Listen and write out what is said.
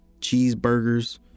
cheeseburgers